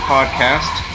Podcast